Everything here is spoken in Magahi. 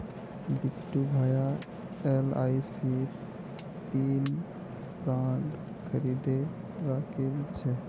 बिट्टू भाया एलआईसीर तीन बॉन्ड खरीदे राखिल छ